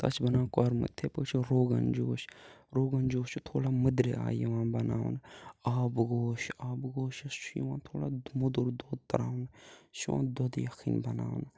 تَتھ چھِ بَنان کۄرمہٕ یِتھَے پٲٹھۍ چھُ روغَن جوش روغَن جوش چھُ تھوڑا مٔدرِ آیہِ یِوان بَناونہٕ آبہٕ گوش آبہٕ گوشَس چھُ یِوان تھوڑا موٚدُر دۄد ترٛاونہٕ یہِ چھُ یِوان دۄدٕ یَکھٕنۍ بَناونہٕ